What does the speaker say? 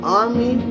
army